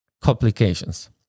complications